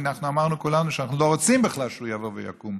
ואנחנו אמרנו כולנו שאנחנו לא רוצים בכלל שהוא יבוא ויקום.